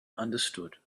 understood